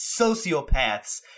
sociopaths